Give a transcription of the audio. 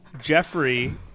Jeffrey